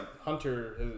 Hunter